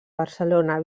barcelona